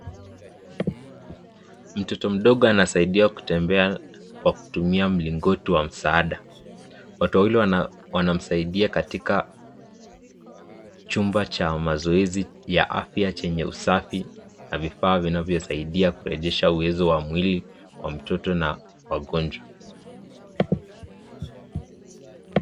Mtoto mdogo anasaidiwa kutembea kwa kutumia mlingoti wa msaada, watu wawili wanamsaidia katika chumba cha mazoezi ya afya chneye usafi na vifaa vinavyosaidia kurejesha uwezo wa mwili kwa mtoto na wagonjwa.